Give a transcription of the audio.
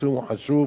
הפרסום חשוב,